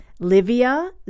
Livia